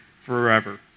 forever